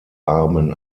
armen